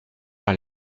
par